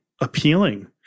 appealing